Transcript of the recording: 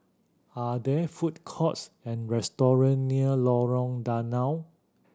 are there food courts and restaurant near Lorong Danau